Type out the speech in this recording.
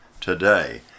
today